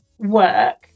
work